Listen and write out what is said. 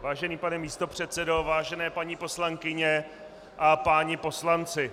Vážený pane místopředsedo, vážené paní poslankyně a páni poslanci.